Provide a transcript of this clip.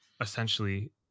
essentially